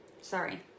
Sorry